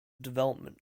development